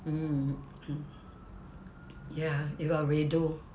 mm ya if a redo